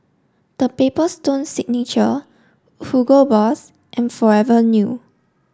the Paper Stone Signature Hugo Boss and Forever New